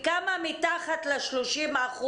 כמה מתחת ל-30%,